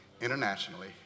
internationally